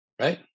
Right